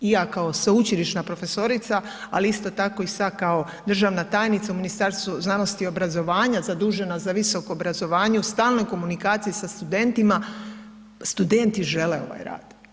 Ja kao sveučilišna profesorica, ali isto tako i sad kao državna tajnica u Ministarstvu znanosti i obrazovanja zadužena za visoko obrazovanje u stalnoj komunikaciji sa studentima, studenti žele ovaj rad.